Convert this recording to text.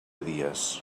dies